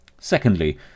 Secondly